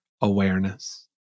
awareness